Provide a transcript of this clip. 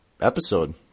episode